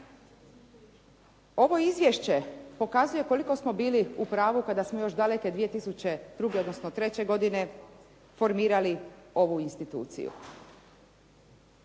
Ovo izvješće pokazuje koliko smo bili u pravu kada smo još daleke 2002., odnosno 2003. godine formirali ovu instituciju.